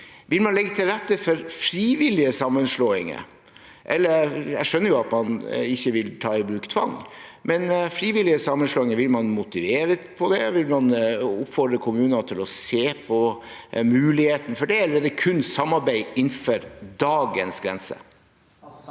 men når det gjelder frivillige sammenslåinger: Vil man motivere til det, vil man oppfordre kommuner til å se på muligheten for det, eller er det kun samarbeid innenfor dagens grenser?